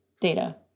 data